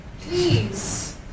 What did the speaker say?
Please